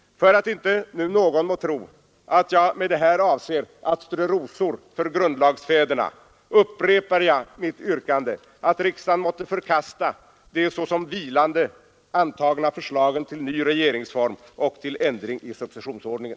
För att inte nu någon må tro att jag med det sagda avser att strö rosor för grundlagsfäderna upprepar jag mitt yrkande, att riksdagen måtte förkasta de såsom vilande antagna förslagen till ny regeringsform och till ändring i successionsordningen.